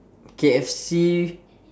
K_F_C